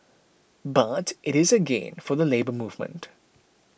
but it is a gain for the Labour Movement